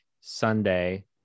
Sunday